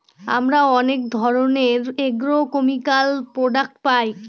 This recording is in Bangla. আমরা অনেক ধরনের এগ্রোকেমিকাল প্রডাক্ট পায়